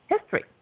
history